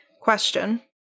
question